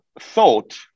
thought